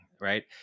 right